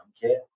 kit